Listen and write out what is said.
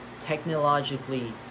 technologically